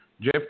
Jeff